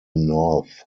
north